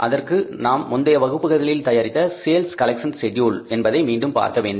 அதற்காக நாம் முந்தைய வகுப்புகளில் தயாரித்த சேல்ஸ் கலெக்ஷன் செட்யூல் என்பதை மீண்டும் பார்க்க வேண்டும்